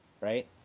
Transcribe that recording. right